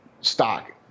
stock